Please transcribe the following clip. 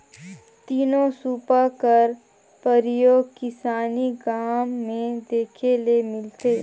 तीनो सूपा कर परियोग किसानी काम मे देखे ले मिलथे